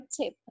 tip